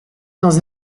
dans